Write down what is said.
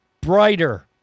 brighter